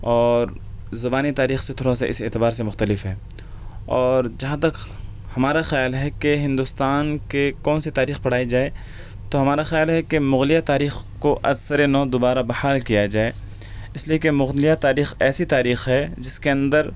اور زبانی تاریخ سے تھوڑا سا اِس اعتبار سے مختلف ہے اور جہاں تک ہمارا خیال ہے کہ ہندوستان کے کون سی تاریخ پڑھائی جائے تو ہمارا خیال ہے کہ مغلیہ تاریخ کو از سرِ نو دوبارہ بحال کیا جائے اِس لیے کہ مغلیہ تاریخ ایسی تاریخ ہے جس کے اندر